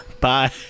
Bye